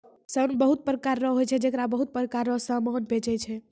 सन बहुत प्रकार रो होय छै जेकरा बहुत प्रकार रो समान बनै छै